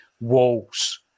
walls